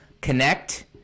Connect